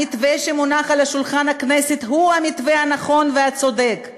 המתווה שמונח על שולחן הכנסת הוא המתווה הנכון והצודק,